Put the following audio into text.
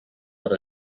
per